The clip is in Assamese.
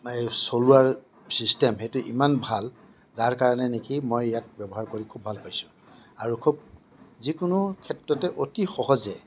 এই চলোৱাৰ ছিষ্টেম সেইটো ইমান ভাল যাৰ কাৰণে নেকি মই ইয়াক ব্যৱহাৰ কৰি খুব ভাল পাইছোঁ আৰু খুব যিকোনো ক্ষেত্ৰতে অতি সহজে